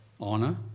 honor